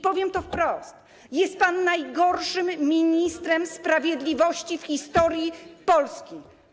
Powiem wprost: jest pan najgorszym ministrem sprawiedliwości w historii Polski.